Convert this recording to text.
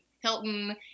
Hilton